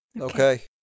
Okay